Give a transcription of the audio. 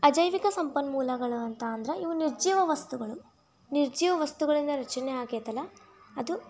ಅಜೈವಿಕ ಸಂಪನ್ಮೂಲಗಳು ಅಂತ ಅಂದರೆ ಇವು ನಿರ್ಜೀವ ವಸ್ತುಗಳು ನಿರ್ಜೀವ ವಸ್ತುಗಳಿಂದ ರಚನೆ ಆಗೈತಲ್ಲಾ ಅದು